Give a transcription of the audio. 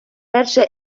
перший